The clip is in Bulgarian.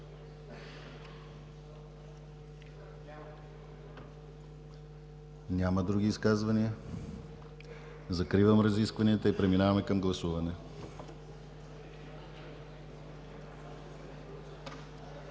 Няма други изказвания. Закривам разискванията и преминаваме към гласуване.